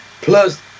Plus